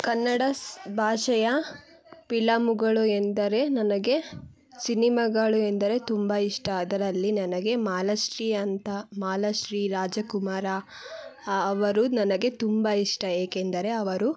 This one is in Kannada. ಕನ್ನಡ ಸ್ ಭಾಷೆಯ ಪಿಲಮ್ಗಳು ಎಂದರೆ ನನಗೆ ಸಿನಿಮಾಗಳು ಎಂದರೆ ತುಂಬ ಇಷ್ಟ ಅದರಲ್ಲಿ ನನಗೆ ಮಾಲಾಶ್ರೀ ಅಂತ ಮಾಲಾಶ್ರೀ ರಾಜಕುಮಾರ ಅವರು ನನಗೆ ತುಂಬ ಇಷ್ಟ ಏಕೆಂದರೆ ಅವರು